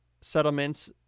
settlements